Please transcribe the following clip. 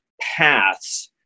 paths